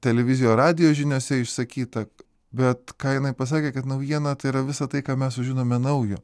televizijo radijo žiniose išsakyta bet ką jinai pasakė kad naujiena tai yra visa tai ką mes sužinome naujo